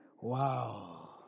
Wow